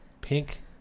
Pink